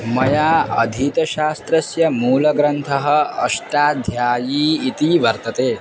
मया अधीतशास्त्रस्य मूलग्रन्थः अष्टाध्यायी इति वर्तते